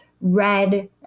red